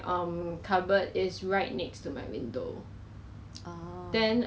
sponge sponge 是很像只是 like vanilla 跟 flour 做的